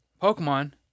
Pokemon